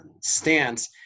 stance